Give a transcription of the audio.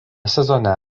sezone